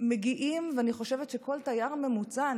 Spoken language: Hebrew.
מגיע כל תייר ממוצע,